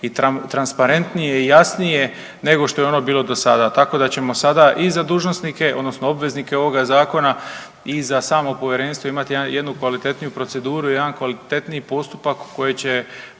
i transparentnije, jasnije nego što je ono bilo do sada. Tako da ćemo sada i za dužnosnike, odnosno obveznike ovoga Zakona i za samo Povjerenstvo imati jednu kvalitetniju proceduru i jedan kvalitetniji postupak koje će